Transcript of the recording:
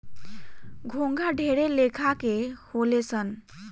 घोंघा ढेरे लेखा के होले सन